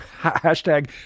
Hashtag